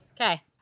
Okay